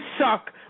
suck